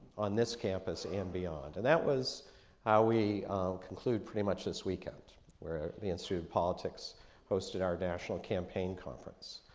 on this campus and beyond. and that was how we conclude pretty much this weekend where the institute of politics hosted our national campaign conference,